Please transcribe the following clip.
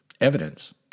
evidence